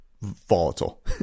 volatile